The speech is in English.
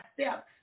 steps